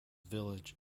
village